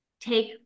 take